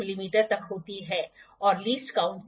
तो ये दोनों अलग हैं कृपया भ्रमित न हों